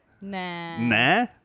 Nah